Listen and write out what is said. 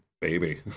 baby